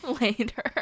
later